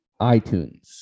iTunes